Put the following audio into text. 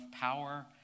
power